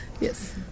Yes